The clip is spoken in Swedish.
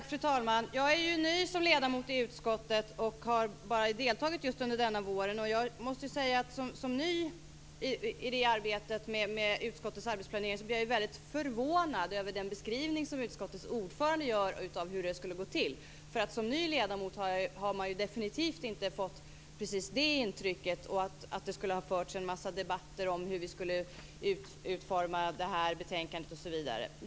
Fru talman! Jag är ju ny som ledamot i utskottet och har bara deltagit under denna vår. Som ny i utskottets arbetsplanering blir jag mycket förvånad över den beskrivning som utskottets ordförande gör av hur det skulle ha gått till. Som ny ledamot har man ju definitivt inte fått precis det intrycket att det skulle ha förts en massa debatter om hur vi skulle utforma detta betänkande osv.